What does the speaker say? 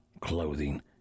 clothing